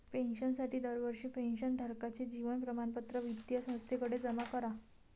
पेन्शनसाठी दरवर्षी पेन्शन धारकाचे जीवन प्रमाणपत्र वित्तीय संस्थेकडे जमा करा